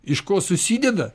iš ko susideda